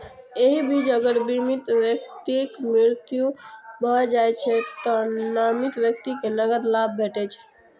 एहि बीच अगर बीमित व्यक्तिक मृत्यु भए जाइ छै, तें नामित व्यक्ति कें नकद लाभ भेटै छै